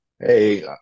hey